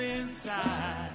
inside